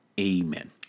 amen